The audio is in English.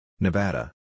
Nevada